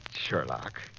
Sherlock